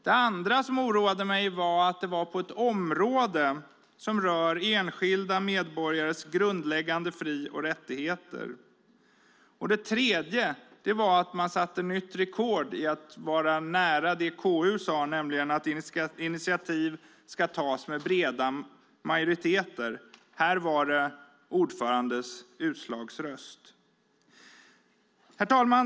Det andra som oroade mig var att det var på ett område som rör enskilda medborgares grundläggande fri och rättigheter. Det tredje var att man satte nytt rekord i att vara nära det som KU sade, nämligen att initiativ ska tas med breda majoriteter. Här skedde det med ordförandens utslagsröst. Herr talman!